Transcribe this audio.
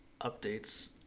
updates